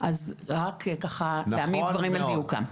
אז רק ככה להעמיד דברים על דיוקם.